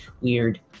weird